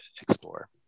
explore